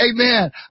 Amen